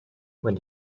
when